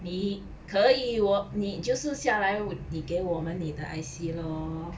你可以我你就是下来 wo~ 你给我们你的 I_C lor